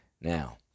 Now